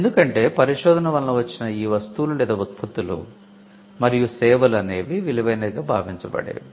ఎందుకంటే పరిశోధన వలన వచ్చిన ఈ వస్తువులు లేదా ఉత్పత్తులు మరియు సేవలు అనేది విలువైనవిగా భావించబడేవి